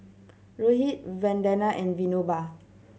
Rohit Vandana and Vinoba